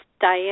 Diane